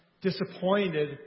disappointed